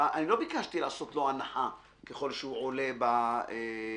אני לא ביקשתי לעשות לו הנחה ככל שהוא עולה במנעד.